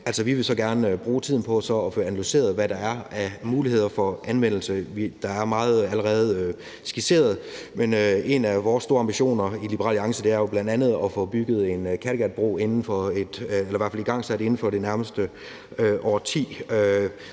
Så vil vi gerne bruge tiden på at få analyseret, hvad der er af muligheder for anvendelse. Der er allerede blevet skitseret meget, men en af vores store ambitioner i Liberal Alliance er jo bl.a. at få bygget en Kattegatbro – eller i hvert fald